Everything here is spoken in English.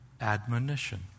admonition